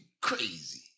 crazy